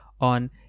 on